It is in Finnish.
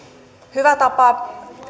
hyvä tapa